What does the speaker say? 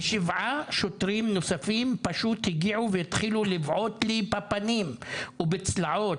ושבעה שוטרים נוספים פשוט הגיעו והתחילו לבעוט לי בפנים ובצלעות,